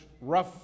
rough